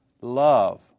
Love